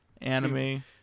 anime